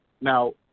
Now